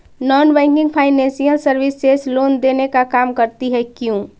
Non banking financial services loan देने का काम करती है क्यू?